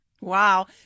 Wow